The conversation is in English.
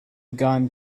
gone